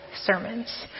sermons